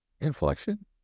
inflection